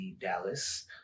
Dallas